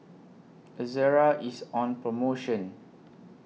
Ezerra IS on promotion